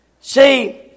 See